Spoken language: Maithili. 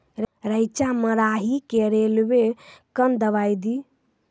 रेचा मे राही के रेलवे कन दवाई दीय?